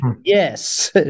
yes